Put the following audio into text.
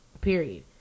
Period